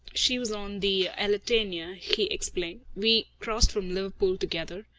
she was on the elletania, he explained. we crossed from liverpool together.